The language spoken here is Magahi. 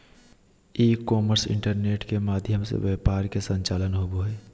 ई कॉमर्स इंटरनेट के माध्यम से व्यापार के संचालन होबा हइ